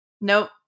Nope